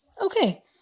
Okay